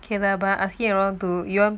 k lah but asking around to